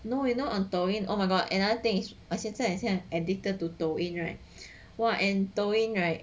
no you know antoine oh my god another thing 而且现在 editor to 抖音 right !wah! and 抖音 right